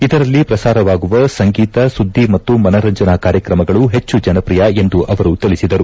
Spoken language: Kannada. ಇದರಲ್ಲಿ ಪ್ರಸಾರವಾಗುವ ಸಂಗೀತ ಸುದ್ದಿ ಮತ್ತು ಮನರಂಜನಾ ಕಾರ್ಯಕ್ರಮಗಳು ಹೆಚ್ಚು ಜನಪ್ರಿಯ ಎಂದು ಅವರು ತಿಳಿಸಿದರು